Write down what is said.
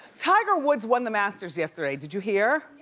tiger woods won the masters yesterday. did you hear?